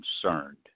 concerned